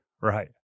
right